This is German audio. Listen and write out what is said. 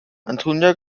antonia